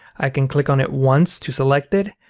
i can click on it once to select it,